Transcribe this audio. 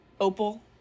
Opal